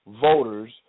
voters